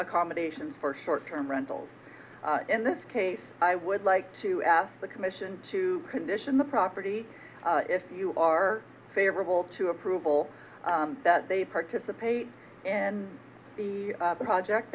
accommodation for short term rentals in this case i would like to ask the commission to condition the property if you are favorable to approval that they participate in the project